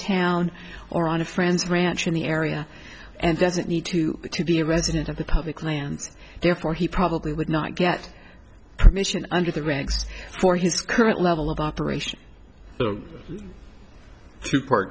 town or on a friend's ranch in the area and doesn't need to to be a resident of the public lands therefore he probably would not get permission under the regs for his current level of operation